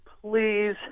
please